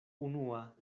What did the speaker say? unua